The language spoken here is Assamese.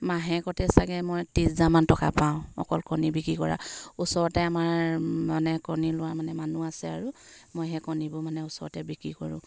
মাহেকতে চাগে মই ত্ৰিছ হাজাৰমান টকা পাওঁ অকল কণী বিক্ৰী কৰা ওচৰতে আমাৰ মানে কণী লোৱা মানে মানুহ আছে আৰু মই সেই কণীবোৰ মানে ওচৰতে বিক্ৰী কৰোঁ